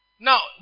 Now